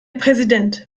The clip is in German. präsident